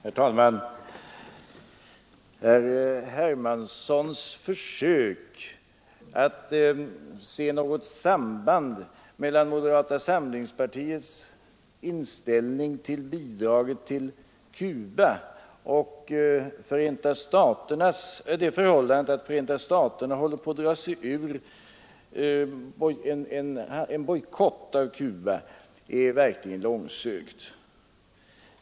Herr talman! Herr Hermanssons försök att se något samband mellan moderata samlingspartiets inställning till bidraget till Cuba och det förhållandet att Förenta staterna håller på att dra sig ur en bojkott av Cuba är verkligen långsökt.